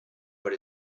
but